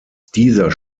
dieser